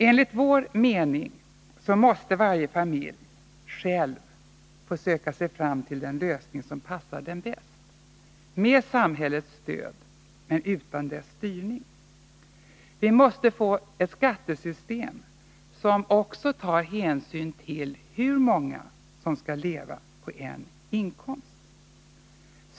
Enligt vår mening måste varje familj själv få söka sig fram till den lösning som passar den bäst, med samhällets stöd men utan dess styrning. Vi måste få ett skattesystem som också tar hänsyn till hur många som skall leva på en inkomst.